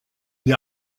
dir